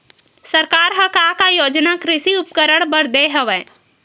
सरकार ह का का योजना कृषि उपकरण बर दे हवय?